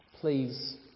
Please